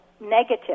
negative